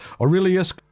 Aurelius